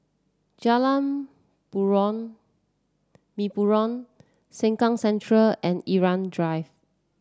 Jalan Purong Mempurong Sengkang Central and Irau Drive